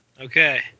Okay